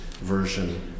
version